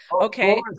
okay